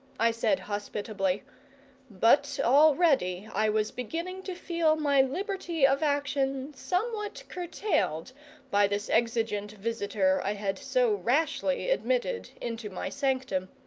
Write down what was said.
i said hospitably but already i was beginning to feel my liberty of action somewhat curtailed by this exigent visitor i had so rashly admitted into my sanctum.